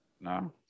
No